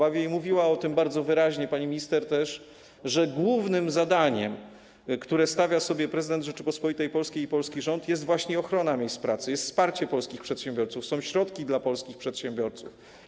Pani minister mówiła też o tym bardzo wyraźnie, że głównym zadaniem, które stawiają sobie prezydent Rzeczypospolitej Polskiej i polski rząd, jest właśnie ochrona miejsc pracy, jest wsparcie polskich przedsiębiorców, są środki dla polskich przedsiębiorców.